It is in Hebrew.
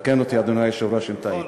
תקן אותי, אדוני היושב-ראש, אם טעיתי.